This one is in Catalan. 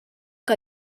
que